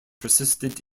persisted